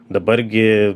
dabar gi